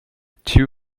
two